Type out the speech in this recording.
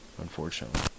unfortunately